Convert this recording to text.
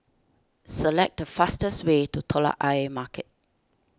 select the fastest way to Telok Ayer Market